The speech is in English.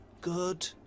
Good